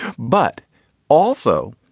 but also,